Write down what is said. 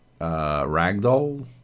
ragdoll